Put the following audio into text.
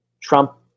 Trump